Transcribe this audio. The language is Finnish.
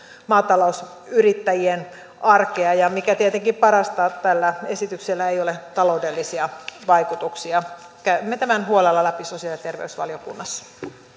maatalousyrittäjien arkea ja mikä tietenkin parasta tällä esityksellä ei ole taloudellisia vaikutuksia käymme tämän huolella läpi sosiaali ja terveysvaliokunnassa